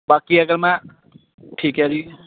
ਬਾਕੀ ਅਗਰ ਮੈਂ ਠੀਕ ਹੈ ਜੀ